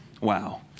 Wow